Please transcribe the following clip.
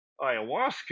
ayahuasca